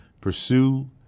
pursue